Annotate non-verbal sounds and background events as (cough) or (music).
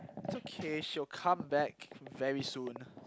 (noise) it's okay she will come back very soon